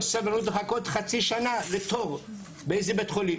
סבלנות לחכות חצי שנה לתור בבית חולים.